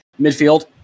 midfield